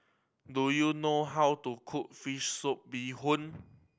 do you know how to cook fish soup bee hoon